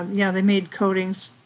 yeah, they made coatings,